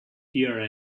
here